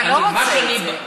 זה לא מגיע לזה בכלל.